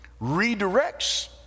redirects